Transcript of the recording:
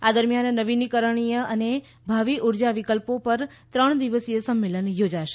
આ દરમિયાન નવીનીકરણીય અને ભાવી ઉર્જા વિકલ્પો પર ત્રણ દિવસીય સંમેલન યોજાશે